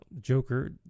Joker